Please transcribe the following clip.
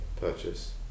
purchase